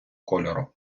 кольору